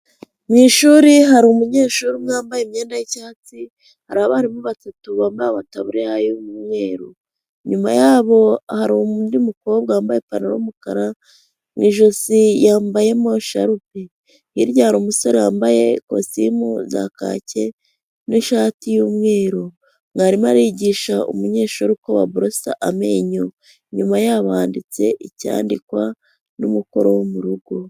Mu ishuri hari umunyeshuri umwe wambaye imyenda y'icyatsi, hari abarimu batatu bambaye amataburiya y'umweru. Inyuma yabo hari undi mukobwa wambaye ipantaro y'umukara, mu ijosi yambayemo sharupe. Hirya hari umusore wambaye kositimu za kacye n'ishati y'umweru. Mwarimu arigisha umunyeshuri uko baborosa amenyo. Inyuma yabo handitse icyandikwa n'umukoro wo mu rugo.